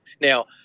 Now